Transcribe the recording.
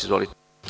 Izvolite.